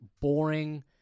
boring